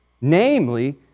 namely